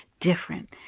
different